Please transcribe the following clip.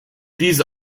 these